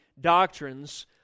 doctrines